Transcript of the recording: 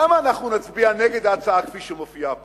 למה אנחנו נצביע נגד ההצעה כפי שמופיעה פה?